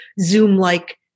Zoom-like